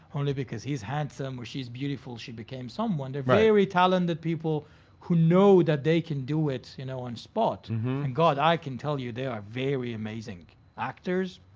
only because he's handsome or she's beautiful she became someone. right. they're very talented people who know that they can do it, you know, on spot. and god, i can tell you, they are very amazing actors.